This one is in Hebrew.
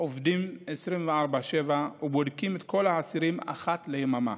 עובדים 24/7 ובודקים את כל האסירים אחת ליממה,